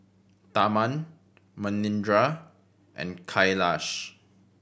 Tharman Manindra and Kailash